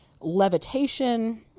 levitation